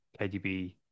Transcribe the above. KDB